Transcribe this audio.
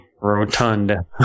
Rotunda